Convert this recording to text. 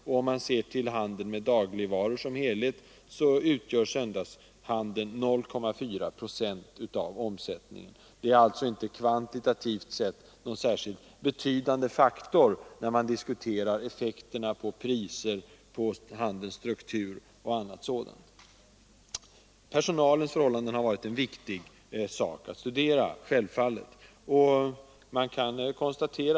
Om man ser till handeln med dagligvaror som helhet finner man att söndagshandeln utgör 0,4 procent av omsättningen. Kvantitativt sett är detta alltså inte någon särskilt betydande faktor när man diskuterar effekterna på priser, handelns struktur och annat sådant. Personalens förhållanden har självfallet varit en viktig sak att studera.